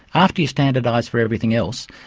after you standardise for everything else,